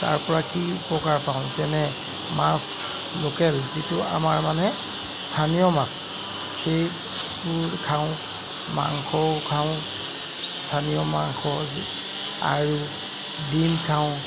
তাৰপৰা কি উপকাৰ পাওঁ যেনে ডিম খাওঁ